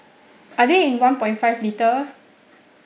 are they in one point five litre